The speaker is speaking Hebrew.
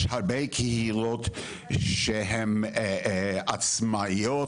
יש הרבה קהילות שהן עצמאיות,